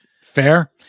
fair